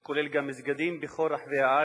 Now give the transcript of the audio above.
כולל גם מסגדים בכל רחבי הארץ,